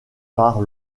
par